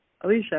Alicia